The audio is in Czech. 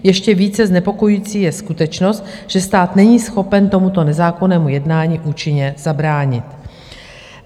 Ještě více znepokojující je skutečnost, že stát není schopen tomuto nezákonnému jednání účinně zabránit.